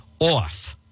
off